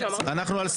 נהלים.